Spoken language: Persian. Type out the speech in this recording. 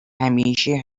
همیشه